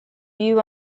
you